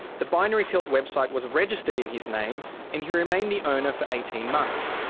the binary tilt website was registered in his name and he remained the owner for eighteen months,